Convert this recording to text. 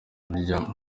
bijya